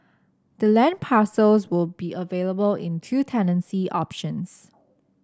the land parcels will be available in two tenancy options